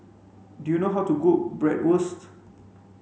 do you know how to cook Bratwurst